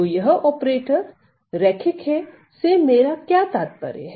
तो यह ऑपरेटर रैखिक है से मेरा क्या तात्पर्य है